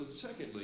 secondly